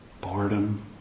boredom